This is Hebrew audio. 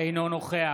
אינו נוכח